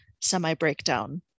semi-breakdown